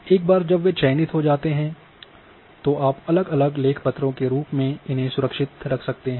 एक बार जब वे चयनित हो जाते हैं तो आप अलग अलग लेख पत्रों के रूप में इन्हें सुरक्षित रख सकते हैं